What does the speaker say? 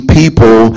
people